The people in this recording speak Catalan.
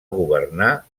governar